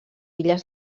illes